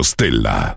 Stella